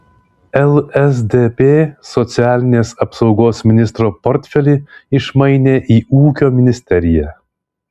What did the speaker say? lsdp socialinės apsaugos ministro portfelį išmainė į ūkio ministeriją